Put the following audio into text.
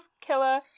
killer